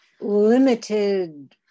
limited